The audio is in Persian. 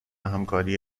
همکاری